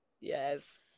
Yes